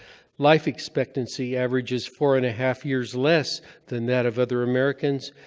life expectancy averages four-and-a-half years less than that of other americans,